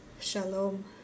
Shalom